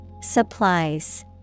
Supplies